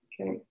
Okay